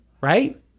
right